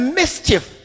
mischief